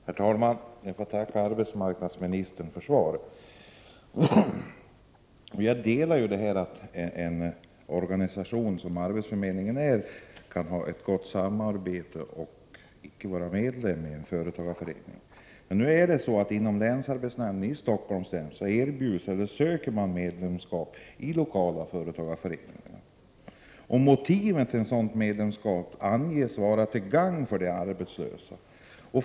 Herr talman! Jag får tacka arbetsmarknadsministern för svaret. Jag delar uppfattningen att en organisation som arbetsförmedlingen kan ha ett gott samarbete med en företagarförening utan att vara medlem. Men inom länsarbetsnämnden i Stockholms län erbjuds man eller söker man nu 53 medlemskap i lokala företagarföreningar. Motivet för ett sådant medlemskap anges vara att det är till gagn för de arbetslösa.